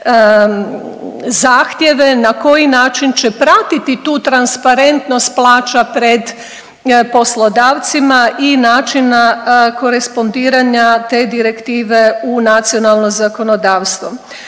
zahtjeve na koji način će pratiti tu transparentnost plaća pred poslodavcima i načina korespondiranja te direktive u nacionalno zakonodavstvo.